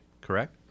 Correct